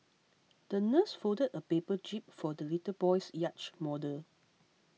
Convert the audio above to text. the nurse folded a paper jib for the little boy's yacht model